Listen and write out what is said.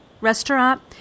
restaurant